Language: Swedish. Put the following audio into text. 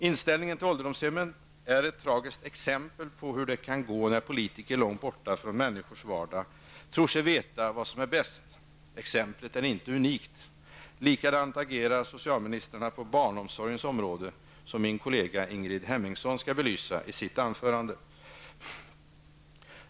Inställningen till ålderdomshemmen är ett tragiskt exempel på hur det kan gå när politiker långt borta från människors vardag tror sig veta vad som är bäst. Exemplet är inte unikt. Likadant agerar socialministrarna på barnomsorgens område, som min kollega Ingrid Hemmingsson skall belysa i sitt anförande.